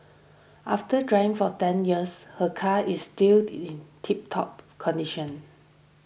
after driving for ten years her car is still in tiptop condition